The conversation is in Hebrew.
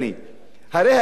אפשר להגיד עליהם הכול,